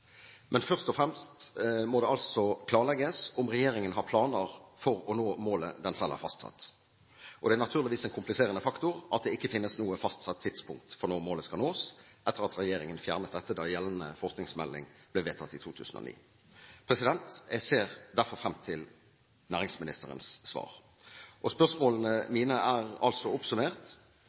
Men først og fremst må det altså klarlegges om regjeringen har planer for å nå målet den selv har fastsatt. Det er naturligvis en kompliserende faktor at det ikke finnes noe fastsatt tidspunkt for når målet skal nås, etter at regjeringen fjernet dette da gjeldende forskningsmelding ble vedtatt i 2009. Jeg ser derfor frem til næringsministerens svar. Spørsmålene mine er altså, oppsummert: